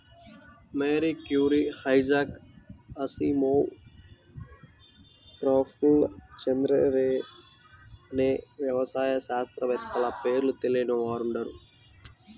Mary Curie, Isaac Asimov, Prafulla Chandra Ray అనే వ్యవసాయ శాస్త్రవేత్తల పేర్లు తెలియని వారుండరు